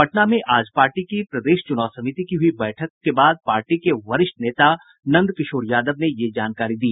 पटना में आज पार्टी की प्रदेश चुनाव समिति की हुई बैठक के बाद पार्टी के वरिष्ठ नेता नंद किशोर यादव ने यह जानकारी दी